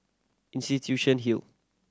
Institution Hill